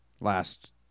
last